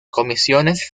comisiones